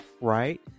right